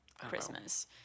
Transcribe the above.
Christmas